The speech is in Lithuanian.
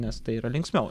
nes tai yra linksmiau